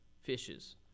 fishes